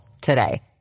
today